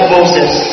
Moses